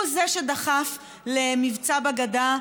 הוא זה שדחף למבצע בגדה,